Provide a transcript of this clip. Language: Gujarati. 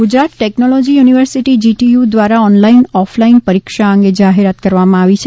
GTU Gujarat technology university GTU દ્વારા ઓનલાઇન ઓફલાઇન પરીક્ષા અંગે જાહેરાત કરવામાં આવી છે